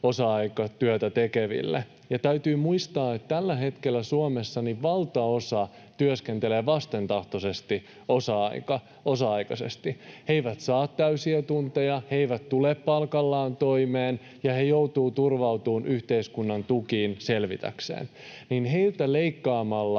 osa-aikatyötä tekeviin. Täytyy muistaa, että tällä hetkellä Suomessa valtaosa työskentelee vastentahtoisesti osa-aikaisesti. He eivät saa täysiä tunteja, he eivät tule palkallaan toimeen, ja he joutuvat turvautumaan yhteiskunnan tukiin selvitäkseen. Heiltä leikkaamalla